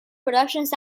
productions